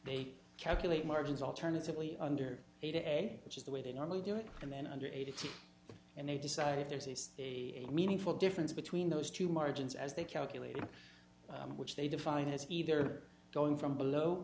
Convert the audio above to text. may calculate margins alternatively under a day which is the way they normally do it and then under eighty and they decide if there's a meaningful difference between those two margins as they calculate which they define as either going from below